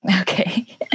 Okay